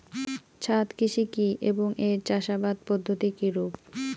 ছাদ কৃষি কী এবং এর চাষাবাদ পদ্ধতি কিরূপ?